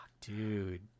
Dude